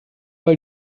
weil